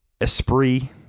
Esprit